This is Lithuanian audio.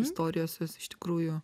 istorijos jos iš tikrųjų